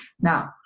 Now